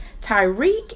Tyreek